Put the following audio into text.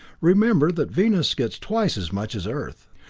remember that venus gets twice as much as earth.